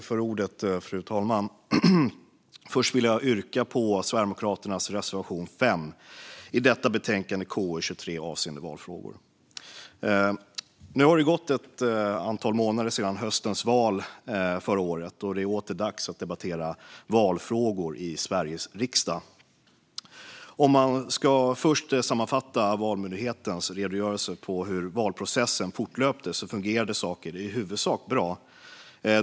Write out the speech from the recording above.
Fru talman! Först vill jag yrka bifall till Sverigedemokraternas reservation 5 i betänkande KU23 Valfrågor . Nu har det gått ett antal månader sedan höstens val förra året, och det är åter dags att debattera valfrågor i Sveriges riksdag. Om man först ska sammanfatta Valmyndighetens redogörelse för hur valprocessen fortlöpte kan man säga att saker i huvudsak fungerade bra.